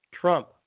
Trump